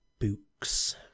books